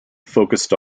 focussed